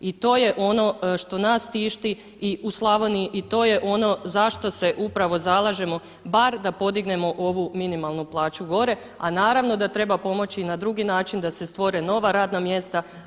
I to je ono što nas tišti u Slavoniji i to je ono za što se upravo zalažemo bar da podignemo ovu minimalnu plaću gore, a naravno da treba pomoći na drugi način da se stvore nova radna mjesta.